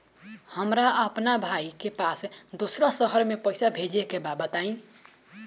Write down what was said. हमरा अपना भाई के पास दोसरा शहर में पइसा भेजे के बा बताई?